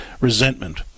resentment